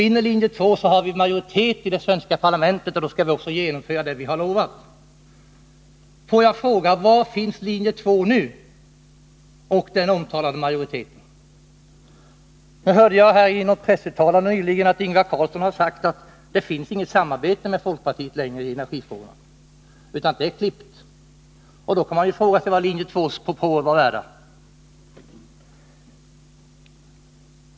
”Vinner linje 2, har vi majoritet i det svenska parlamentet, och då skall vi också genomföra det vi har lovat.” Får jag fråga: Var finns linje 2 och den omtalade majoriteten nu? Jag hörde i något pressuttalande nyligen att Ingvar Carlsson hade sagt att det finns inget samarbete med folkpartiet längre i energipolitiken, utan det är klippt. Då kan man fråga sig vad linje 2:s propåer var värda.